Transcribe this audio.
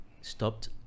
stopped